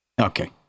Okay